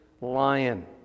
lion